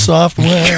Software